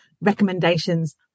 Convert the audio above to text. recommendations